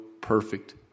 perfect